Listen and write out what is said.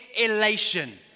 elation